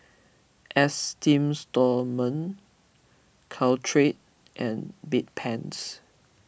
Esteem Stoma Caltrate and Bedpans